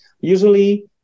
Usually